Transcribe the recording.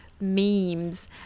memes